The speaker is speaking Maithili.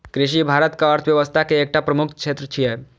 कृषि भारतक अर्थव्यवस्था के एकटा प्रमुख क्षेत्र छियै